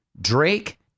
Drake